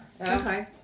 okay